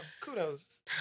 Kudos